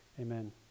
amen